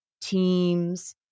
teams